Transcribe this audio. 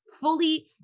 fully